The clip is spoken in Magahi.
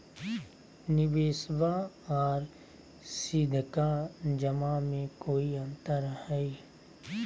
निबेसबा आर सीधका जमा मे कोइ अंतर हय?